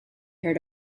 heard